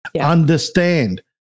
Understand